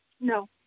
No